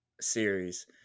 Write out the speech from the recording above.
series